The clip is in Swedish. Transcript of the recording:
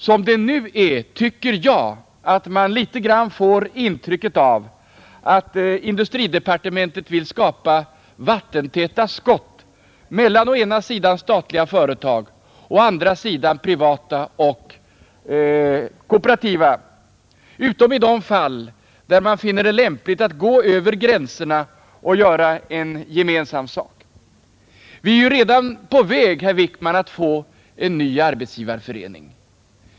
Som det nu är tycker jag att man litet grand får ett intryck av att industridepartementet vill skapa vattentäta skott mellan å ena sidan statliga företag och å andra sidan privata och kooperativa, utom i de fall där man finner det lämpligt att gå över gränserna och göra en gemensam sak. Vi är ju redan på väg, herr Wickman, att få en ny arbetsgivarförening.